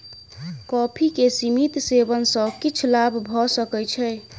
coffee के सीमित सेवन सॅ किछ लाभ भ सकै छै